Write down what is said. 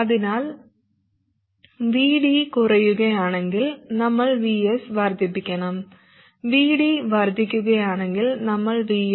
അതിനാൽ VD കുറയുകയാണെങ്കിൽ നമ്മൾ VS വർദ്ധിപ്പിക്കണം VD വർദ്ധിക്കുകയാണെങ്കിൽ നമ്മൾ VS